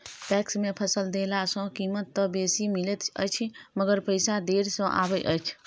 PACS मे फसल देला सॅ कीमत त बेसी मिलैत अछि मगर पैसा देर से आबय छै